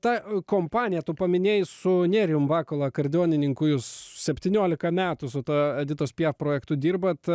ta kompanija tu paminėjai su nerijum bakula akordeonininku jūs septyniolika metų su ta editos piaf projektu dirbat